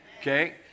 Okay